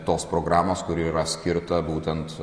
tos programos kuri yra skirta būtent